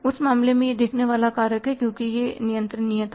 उस मामले यह देखने वाला एक कारक है क्योंकि यह नियंत्रणीय था